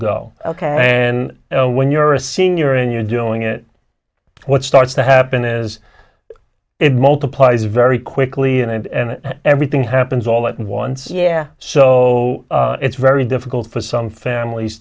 go ok and when you're a senior and you're doing it what starts to happen is it multiplies very quickly and everything happens all at once yeah so it's very difficult for some families